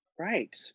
Right